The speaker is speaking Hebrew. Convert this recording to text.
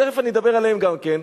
תיכף אני אדבר עליהם גם כן,